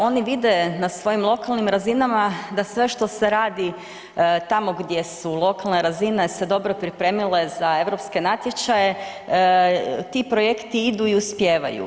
Oni vide na svojim lokalnim razinama da sve što se radi tamo gdje su lokalne razine se dobro pripremile za europske natječaje, ti projekti idu i uspijevaju.